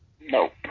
nope